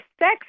sex